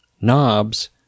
knobs